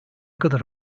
kadar